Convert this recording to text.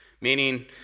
Meaning